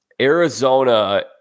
Arizona